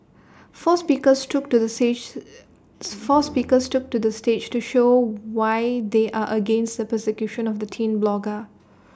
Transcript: four speakers took to the sage four speakers took to the stage to show why they are against the persecution of the teen blogger